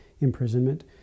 imprisonment